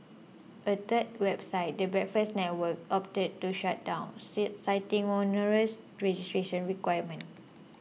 but a third website the Breakfast Network opted to shut down citing onerous registration requirements